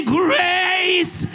grace